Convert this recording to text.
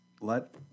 let